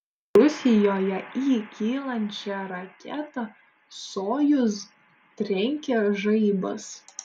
rusijoje į kylančią raketą sojuz trenkė žaibas